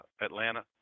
Atlanta